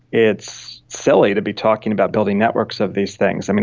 it's silly to be talking about building networks of these things.